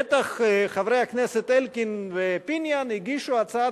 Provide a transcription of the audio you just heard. בטח חברי הכנסת אלקין ופיניאן הגישו הצעה